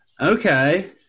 okay